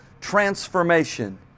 transformation